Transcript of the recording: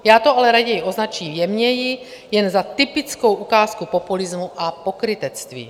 Já to ale raději označím jemněji, jen za typickou ukázku populismu a pokrytectví.